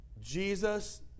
Jesus